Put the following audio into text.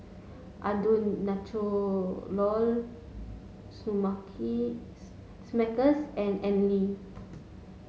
Andalou Natural Smuckers and Anlene